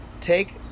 Take